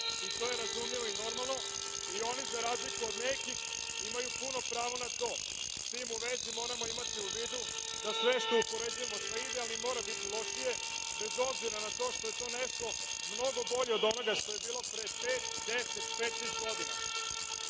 to je razumljivo i normalno i oni, za razliku od nekih, imaju puno pravo na to. Sa tim u vezi moramo imati u vidu da sve što upoređujemo sa idealnim mora biti lošije, bez obzira na to što je to nešto mnogo bolje od onoga što je bilo pre pet, 10, 15 godina.